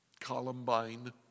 Columbine